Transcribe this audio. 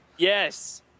Yes